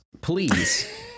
please